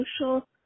social